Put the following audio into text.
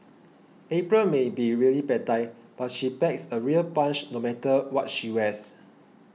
April may be really petite but she packs a real punch no matter what she wears